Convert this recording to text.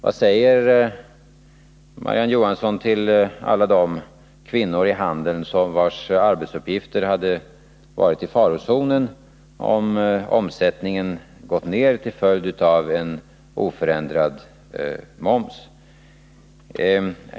Vad säger Marie-Ann Johansson till alla de kvinnor i handeln, vilkas arbetsuppgifter hade varit i farozonen, om omsättningen gått ner till följd av en oförändrad moms?